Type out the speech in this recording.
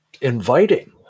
inviting